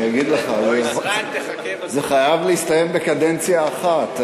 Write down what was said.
אני אגיד לך, זה חייב להסתיים בקדנציה אחת.